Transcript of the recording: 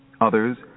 Others